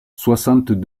soixante